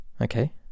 okay